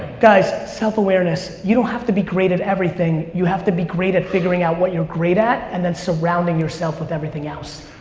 guys, self-awareness. you don't have to be great at everything. you have to be great at figuring out what you're great at and then surrounding yourself with everything else.